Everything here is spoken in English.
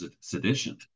sedition